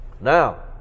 Now